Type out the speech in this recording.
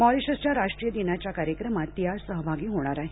मॉरिशसच्या राष्ट्रीय दिनाच्या कार्यक्रमात ती आज सहभागी होणार आहे